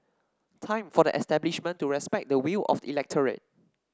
time for the establishment to respect the will of the electorate